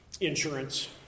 insurance